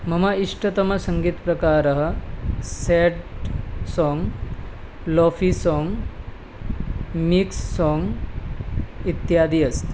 मम इष्टतमः सङ्गीतप्रकारः sad song lofi song mix song इत्यादि अस्ति